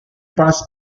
parts